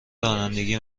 رانندگی